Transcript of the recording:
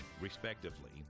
respectively